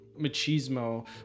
machismo